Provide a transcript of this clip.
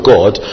God